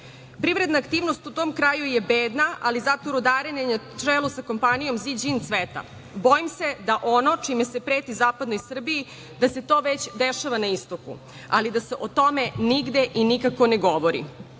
Privredna aktivnost u tom kraju je bedna, ali zato rudarenje sa ZiĐin kompanijom cveta, bojim se da ono čime se preti zapadnoj Srbiji, da se to već dešava na istoku, ali da se o tome nigde i nikako ne govori. Prelepa